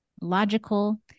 logical